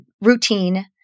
routine